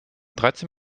dreizehn